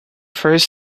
first